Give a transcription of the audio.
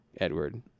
Edward